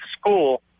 school